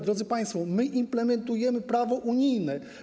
Drodzy państwo, my implementujemy prawo unijne.